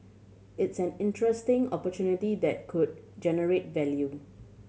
it's an interesting opportunity that could generate value